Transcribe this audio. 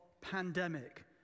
pandemic